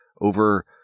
over